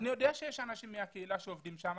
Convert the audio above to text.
אני יודע שיש אנשים מהקהילה שעובדים שם